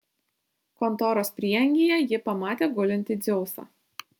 kontoros prieangyje ji pamatė gulintį dzeusą